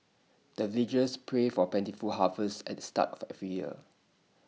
the villagers pray for plentiful harvest at the start of every year